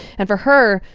and for her,